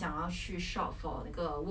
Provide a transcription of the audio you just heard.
orh like formal wear lah